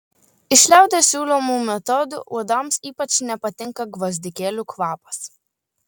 iš liaudies siūlomų metodų uodams ypač nepatinka gvazdikėlių kvapas